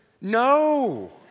No